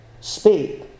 Speak